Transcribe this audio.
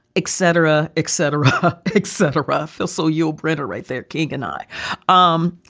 etc, etc, etc. phil so yul brynner right there? keegan i um